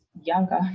younger